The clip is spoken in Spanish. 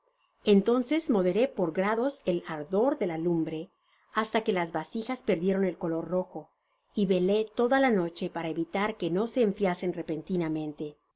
entonces moderé por grados el ardor de la lumbre hasta que las vasij is perdieron el color rojo y relé toda la noche para evitar quo no'se enfriasen repentinamente